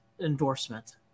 endorsement